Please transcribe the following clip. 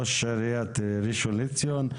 ראש עיריית ראשון לציון.